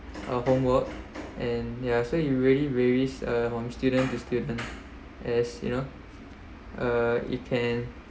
uh homework and yeah so you really varies uh from students to students as you know uh it can